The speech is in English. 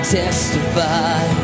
testify